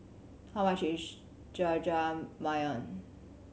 how much is Jajangmyeon